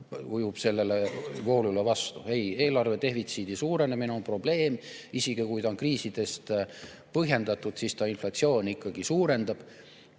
ujub sellele voolule vastu. Ei, eelarve defitsiidi suurenemine on probleem. Isegi kui ta on kriisides põhjendatud, siis ta inflatsiooni ikkagi suurendab,